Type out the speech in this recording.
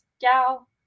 gal